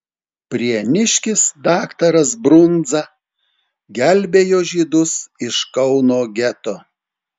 prieniškis daktaras brundza gelbėjo žydus iš kauno geto